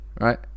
right